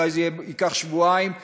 אולי זה ייקח שבועיים,